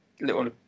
little